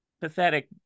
pathetic